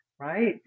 Right